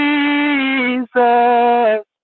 Jesus